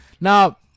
Now